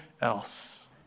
else